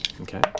Okay